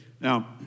Now